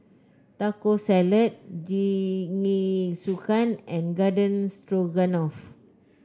Taco Salad Jingisukan and Garden Stroganoff